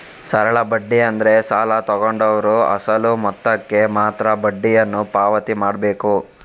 ಸರಳ ಬಡ್ಡಿ ಅಂದ್ರೆ ಸಾಲ ತಗೊಂಡವ್ರು ಅಸಲು ಮೊತ್ತಕ್ಕೆ ಮಾತ್ರ ಬಡ್ಡಿಯನ್ನು ಪಾವತಿ ಮಾಡ್ಬೇಕು